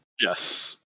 Yes